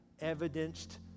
evidenced